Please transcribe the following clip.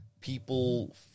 people